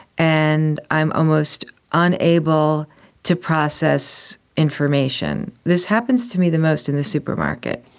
and i'm almost unable to process information. this happens to me the most in the supermarket.